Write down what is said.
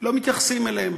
לא מתייחסים אליהם.